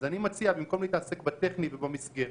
אני מציע: במקום להתעסק בטכני או במסגרת,